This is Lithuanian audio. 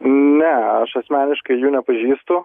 ne aš asmeniškai jų nepažįstu